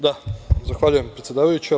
Zahvaljujem, predsedavajuća.